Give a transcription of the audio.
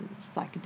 psychedelic